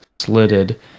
slitted